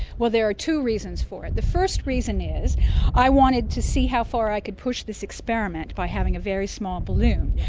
there are two reasons for it. the first reason is i wanted to see how far i could push this experiment by having a very small balloon,